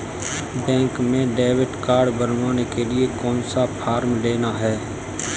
Bank में debit card बनवाने के लिए कौन सा फॉर्म लेना है?